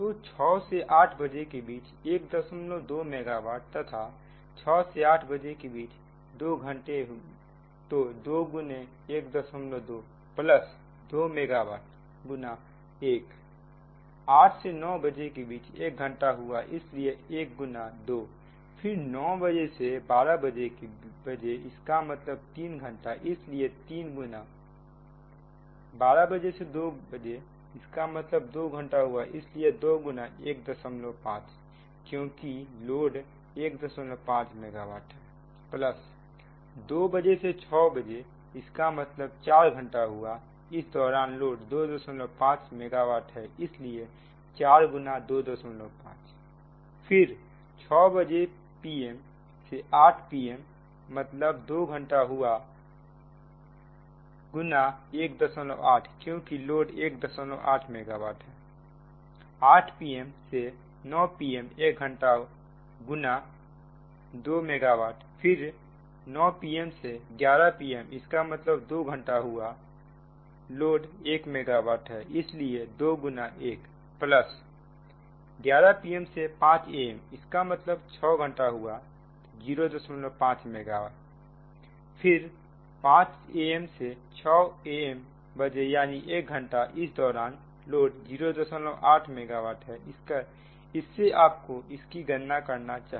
तो 600 से 800 के बीच 12 मेगा वाट तथा 600 से 800 के बीच 2 घंटे तो 2 गुना 12 प्लस 2 मेगा वाट गुना 1 800 से 900 के बीच एक घंटा हुआ इसलिए 1 गुना 2 फिर 900 बजे से 1200 बजे इसका मतलब 3 घंटे इसलिए 3 गुना 1200 से 200 इसका मतलब 2 घंटा हुआ इसलिए 2 गुना 15 क्योंकि लोड 15 मेगावाट है प्लस 200 से 600 इसका मतलब 4 घंटा हुआ इस दौरान लोड 25 मेगावाट है इसलिए 4 गुना 25 फिर 600 pm से 800 pm मतलब 2 घंटा हुआ गुना 18 क्योंकि लोड 18 मेगावाट है 800 pm से 900pm एक घंटा गुना 2 मेगा वाट फिर 900 pm से 1100 pm इसका मतलब 2 घंटा हुआ लोड 1 मेगा वाट है इसलिए 2 गुना 1 प्लस 1100 pm से 500 am इसका मतलब 6 घंटा गुना 05 मेगावाट फिर 500 am से 600 बजे यानी एक घंटा इस दौरान लोड 08 मेगा वाट है इससे आपको इसकी गणना करना चाहिए